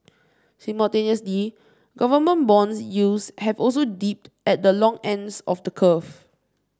simultaneously government bond yields have also dipped at the long ends of the curve